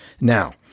now